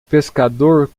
pescador